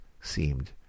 seemed